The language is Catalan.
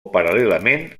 paral·lelament